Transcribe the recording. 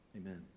Amen